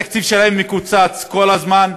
התקציב שלהם מקוצץ כל הזמן,